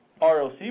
ROC